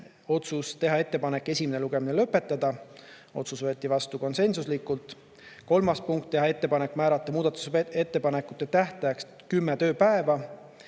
otsus: teha ettepanek esimene lugemine lõpetada. Otsus võeti vastu konsensuslikult. Kolmas punkt: teha ettepanek määrata muudatusettepanekute tähtajaks kümme tööpäeva